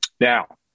Now